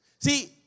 See